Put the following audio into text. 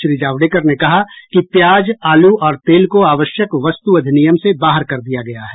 श्री जावड़ेकर ने कहा कि प्याज आलू और तेल को आवश्यक वस्तु अधिनियम से बाहर कर दिया गया है